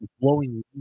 blowing